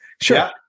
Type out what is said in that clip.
Sure